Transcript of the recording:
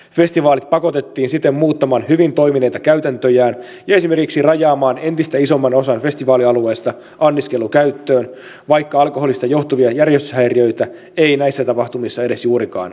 festivaalit pakotettiin siten muuttamaan hyvin toimineita käytäntöjään ja esimerkiksi rajaamaan entistä isomman osan festivaalialueesta anniskelukäyttöön vaikka alkoholista johtuvia järjestyshäiriöitä ei näissä tapahtumissa edes juurikaan ollut